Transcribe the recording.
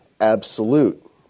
absolute